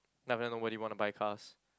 then after that nobody want to buy cars